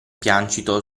piancito